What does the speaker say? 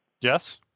Yes